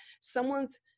someone's